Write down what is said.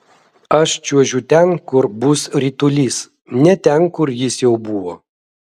aš čiuožiu ten kur bus ritulys ne ten kur jis jau buvo